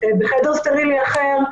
בחדר סטרילי אחר,